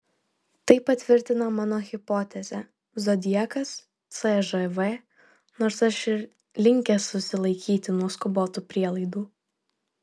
tai patvirtina mano hipotezę zodiakas cžv nors aš ir linkęs susilaikyti nuo skubotų prielaidų